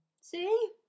see